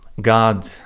God